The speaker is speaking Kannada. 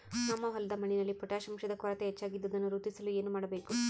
ನಮ್ಮ ಹೊಲದ ಮಣ್ಣಿನಲ್ಲಿ ಪೊಟ್ಯಾಷ್ ಅಂಶದ ಕೊರತೆ ಹೆಚ್ಚಾಗಿದ್ದು ಅದನ್ನು ವೃದ್ಧಿಸಲು ಏನು ಮಾಡಬೇಕು?